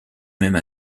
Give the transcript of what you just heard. même